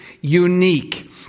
unique